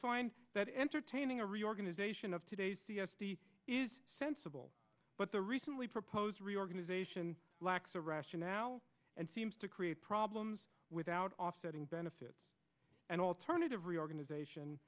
find that entertaining a reorganization of today's d s t is sensible but the recently proposed reorganization lacks a rationale and seems to create problems without offsetting benefits and alternative reorganization